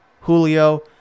Julio